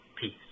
Peace